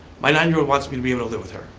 my nine year old wants me to be able to live with her.